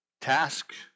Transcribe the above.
Tasks